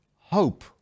hope